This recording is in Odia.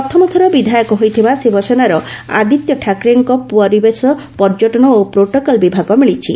ପ୍ରଥମ ଥର ବିଧାୟକ ହୋଇଥିବା ଶିବସେନାର ଆଦିତ୍ୟ ଠାକ୍ରେଙ୍କୁ ପରିବେଶ ପର୍ଯ୍ୟଟନ ଓ ପ୍ରୋଟୋକଲ୍ ବିଭାଗ ମିଳିଛି